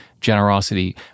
generosity